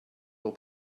will